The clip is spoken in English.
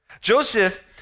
Joseph